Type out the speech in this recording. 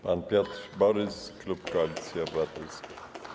Pan Piotr Borys, klub Koalicji Obywatelskiej.